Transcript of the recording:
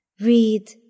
Read